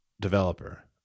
developer